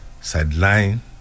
sideline